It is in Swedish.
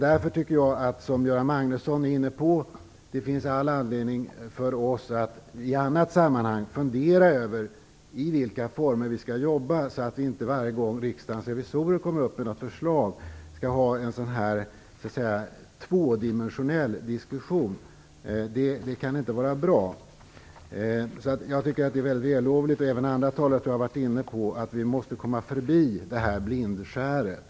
Därför tycker jag, precis som Göran Magnusson varit inne på, att det finns all anledning för oss att i andra sammanhang fundera på i vilka former vi skall jobba. Det får inte bli en sådan här tvådimensionell diskussion varje gång Riksdagens revisorer kommer med ett förslag. Det kan inte vara bra. Jag tycker alltså att det är vällovligt, och det tror jag även att andra talare har varit inne på, att vi måste komma förbi det här blindskäret.